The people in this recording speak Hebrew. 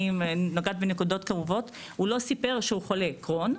נוגעת בנקודות כאובות שהוא חולה קרוהן,